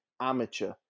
amateur